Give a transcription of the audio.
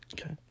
Okay